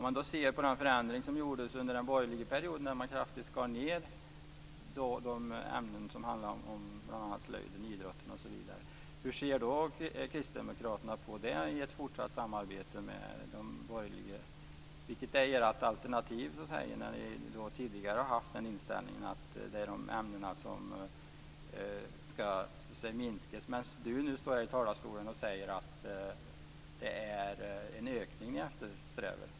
Men den förändring som gjordes under den borgerliga perioden innebar ju att man kraftigt skar ned antalet timmar i bl.a. slöjd och idrott. Hur ser Kristdemokraterna på det i ett fortsatt samarbete med de andra borgerliga partierna? Vilket är ert alternativ? Ni har ju tidigare haft den inställningen att antalet timmar i dessa ämnen skall minskas. Men nu står Yvonne Andersson här i talarstolen och säger att ni eftersträvar en ökning av dem.